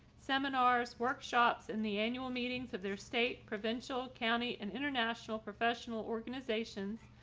seminars, workshops in the annual meetings of their state, provincial county and international professional organizations.